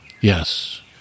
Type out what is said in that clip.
Yes